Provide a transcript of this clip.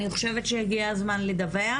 אני חושבת שהגיע הזמן לדווח,